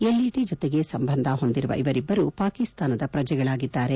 ಎಲ್ಇಟಿ ಜೊತೆಗೆ ಸಂಬಂಧ ಹೊಂದಿರುವ ಇವರಿಬ್ಬರೂ ಪಾಕಿಸ್ತಾನದ ಪ್ರಜೆಗಳಾಗಿದ್ದಾರೆ